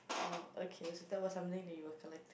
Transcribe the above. oh okay so that was something that you were collecting